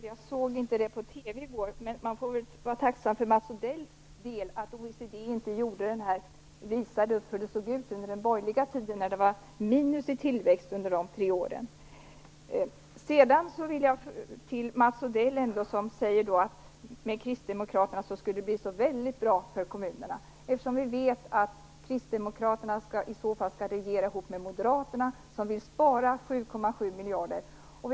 Fru talman! Nej, Mats Odell, jag såg inte det på TV i går. Men för Mats Odells del får man vara tacksam att OECD inte visade upp hur det såg ut under den borgerliga tiden, eftersom det var minus i tillväxt under de tre åren. Mats Odell säger att Kristdemokraterna skulle kunna göra allt så väldigt bra för kommunerna. Men vi vet ju att Kristdemokraterna i så fall skall regera ihop med Moderaterna, som vill spara 7,7 miljarder kronor.